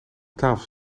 tafels